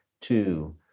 Two